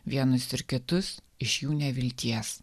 vienus ir kitus iš jų nevilties